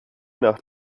nach